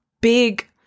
big